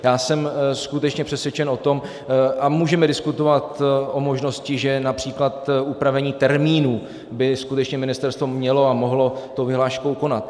Já jsem skutečně přesvědčen o tom a můžeme diskutovat o možnosti, že například upravení termínů by skutečně ministerstvo mělo a mohlo tou vyhláškou konat.